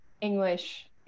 English